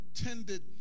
attended